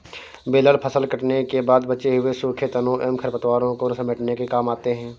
baler फसल कटने के बाद बचे हुए सूखे तनों एवं खरपतवारों को समेटने के काम आते हैं